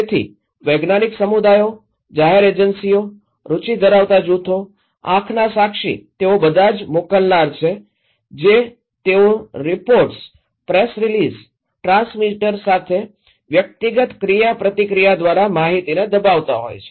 તેથી વૈજ્ઞાનિક સમુદાયો જાહેર એજન્સીઓ રુચિ ધરાવતા જૂથો આંખના સાક્ષી તેઓ બધા મોકલનાર છે જે તેઓ રિપોર્ટ્સ પ્રેસ રીલીઝ ટ્રાન્સમિટર સાથે વ્યક્તિગત ક્રિયાપ્રતિક્રિયા દ્વારા માહિતીને દબાવતા હોય છે